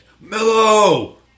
mellow